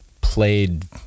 played